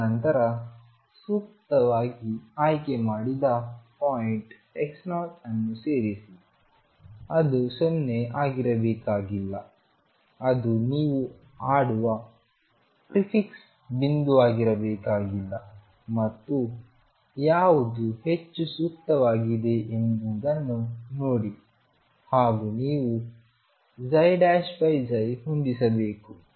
ತದನಂತರ ಸೂಕ್ತವಾಗಿ ಆಯ್ಕೆಮಾಡಿದ ಪಾಯಿಂಟ್ x0 ಅನ್ನು ಸೇರಿಸಿ ಅದು 0 ಆಗಿರಬೇಕಾಗಿಲ್ಲ ಅದು ನೀವು ಆಡುವ ಪ್ರಿಫಿಕ್ಸ್ ಬಿಂದುವಾಗಿರಬೇಕಾಗಿಲ್ಲ ಮತ್ತು ಯಾವುದು ಹೆಚ್ಚು ಸೂಕ್ತವಾಗಿದೆ ಎಂಬುದನ್ನು ನೋಡಿ ಹಾಗೂ ನೀವು ψ ಹೊಂದಿಸಬೇಕು